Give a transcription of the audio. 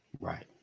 right